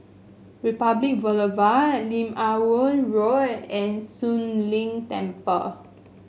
Republic Boulevard Lim Ah Woo Road and Soon Leng Temple